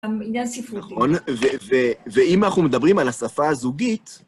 גם עניין ספרותי. נכון, ואם אנחנו מדברים על השפה הזוגית...